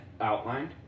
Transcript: outlined